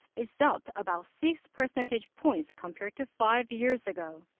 is up about six percentage points compared to five years ago.